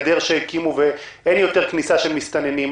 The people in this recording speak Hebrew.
שהקימו, ואין יותר כניסה של מסתננים.